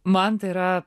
man tai yra